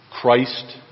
Christ